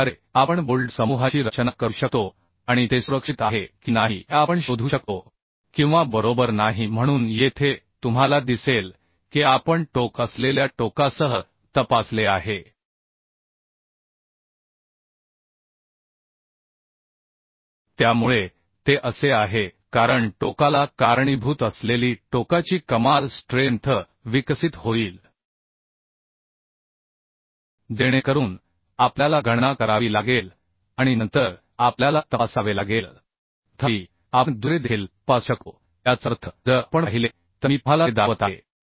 अशा प्रकारे आपण बोल्ट समूहाची रचना करू शकतो आणि ते सुरक्षित आहे की नाही हे आपण शोधू शकतो किंवा बरोबर नाही म्हणून येथे तुम्हाला दिसेल की आपण टोक असलेल्या टोकासह तपासले आहे त्यामुळे ते असे आहे कारण टोकाला कारणीभूत असलेली टोकाची कमाल स्ट्रेंथ विकसित होईल जेणेकरून आपल्याला गणना करावी लागेल आणि नंतर आपल्याला तपासावे लागेल तथापि आपण दुसरे देखील तपासू शकतो याचा अर्थ जर आपण पाहिले तर मी तुम्हाला ते दाखवत आहे